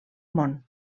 món